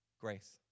Grace